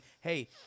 Hey